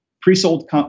pre-sold